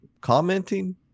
commenting